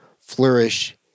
flourish